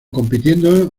compitiendo